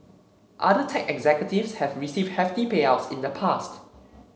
other tech executives have received hefty payouts in the past